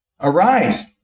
Arise